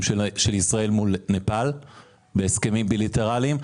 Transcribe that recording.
של ישראל מול נפאל בהסכמים בילטרליים,